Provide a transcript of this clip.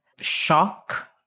shock